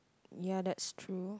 ya that's true